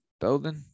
building